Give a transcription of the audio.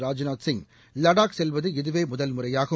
ராஜ்நாத் சிங் லடாக் செல்வது இதுவேமுதல்முறையாகும்